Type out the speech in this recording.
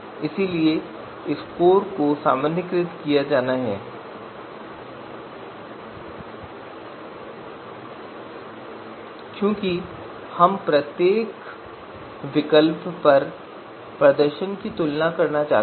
इसलिए स्कोर को सामान्यीकृत किया जाना है क्योंकि हम प्रत्येक विकल्प पर प्रदर्शन की तुलना करना चाहते हैं